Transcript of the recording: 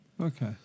Okay